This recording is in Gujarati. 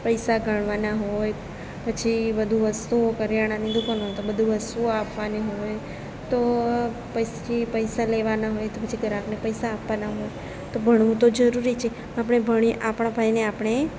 પૈસા ગણવાના હોય પછી બધું વસ્તુઓ કરિયાણાની દુકાન હોય તો બધી વસ્તુઓ આપવાની હોય તો પછી પૈસા લેવાના હોય પછી ઘરાકને પૈસા આપવાં હોય તો ભણવું તો જરૂરી છે આપણે ભણી આપણા ભાઈને આપણે